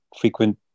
frequent